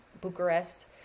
bucharest